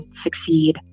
succeed